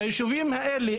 ביישובים האלה,